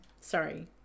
Sorry